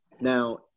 Now